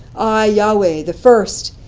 yahweh, the first,